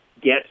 get